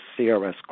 CRS